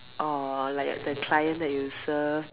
or like the client that you serve mm